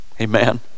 amen